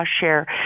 share